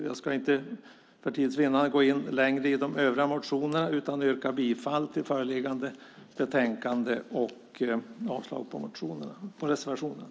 Jag ska för tids vinnande inte gå in närmare på de övriga motionerna utan yrkar bifall till förslagen i föreliggande betänkande och avslag på reservationerna.